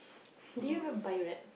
did you even buy a rat